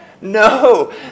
No